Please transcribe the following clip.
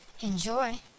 Enjoy